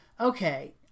okay